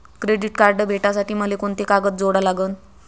Credit card भेटासाठी मले कोंते कागद जोडा लागन?